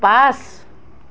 পাঁচ